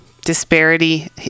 disparity